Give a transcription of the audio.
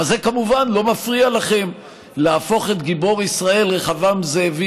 אבל זה כמובן לא מפריע לכם להפוך את גיבור ישראל רחבעם זאבי